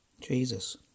Jesus